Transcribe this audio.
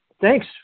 thanks